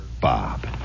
Bob